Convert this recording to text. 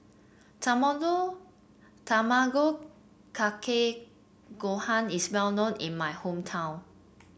tamago Tamago Kake Gohan is well known in my hometown